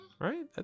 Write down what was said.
right